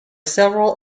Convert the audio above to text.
several